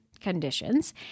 conditions